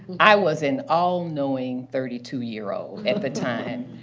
i was an all-knowing thirty two year old and at the time.